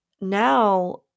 now